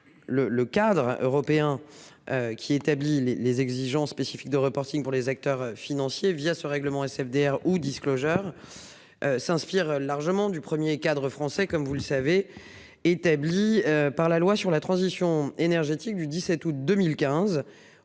le cadre européen. Qui établit les les exigences spécifiques de reporting pour les acteurs financiers via ce règlement CFDA ou 10 clochard. S'inspire largement du 1er cadre français comme vous le savez. Établi par la loi sur la transition énergétique du 17 août 2015